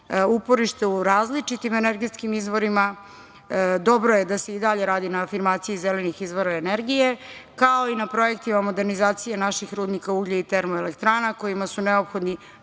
uporište u različitim energetskim izvorima, dobro je da se i dalje radi na afirmaciji zelenih izvora energije, kao i na projektima modernizacije naših rudnika uglja i termoelektrana, kojima su neophodni,